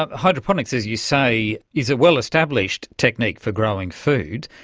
um hydroponics, as you say, is a well-established technique for growing food.